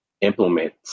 implement